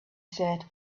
said